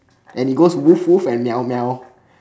and it goes woof woof and meow meow